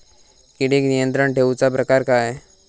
किडिक नियंत्रण ठेवुचा प्रकार काय?